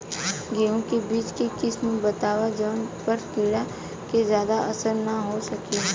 गेहूं के बीज के किस्म बताई जवना पर कीड़ा के ज्यादा असर न हो सके?